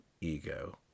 ego